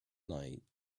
night